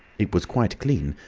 it was quite clean,